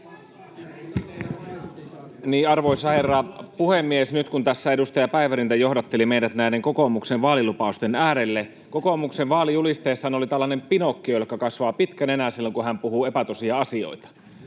Arvoisa herra puhemies! Nyt kun tässä edustaja Päivärinta johdatteli meidät näiden kokoomuksen vaalilupausten äärelle, niin kokoomuksen vaalijulisteessahan oli tällainen Pinokkio, jolleka kasvaa pitkä nenä silloin, kun hän puhuu epätosia asioita.